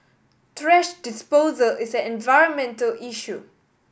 thrash disposal is an environmental issue